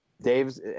Dave's